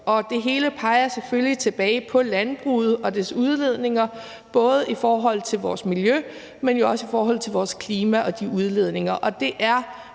Det hele peger selvfølgelig tilbage på landbruget og dets udledninger, både i forhold til vores miljø, men jo også i forhold til vores klima. Det er